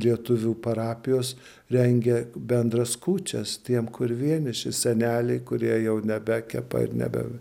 lietuvių parapijos rengia bendras kūčias tiem kur vieniši seneliai kurie jau nebekepa ir nebe